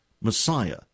Messiah